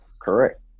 correct